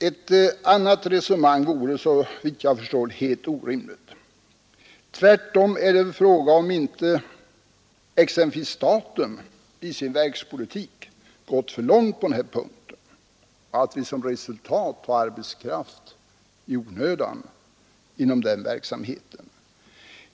Ett annat resonemang vore helt orimligt. Tvärtom är det väl fråga om om inte exempelvis staten i sin verkspolitik gått för långt på denna punkt och att vi som resultat har fått arbetskraft i onödan inom den statliga verksamheten.